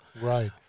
Right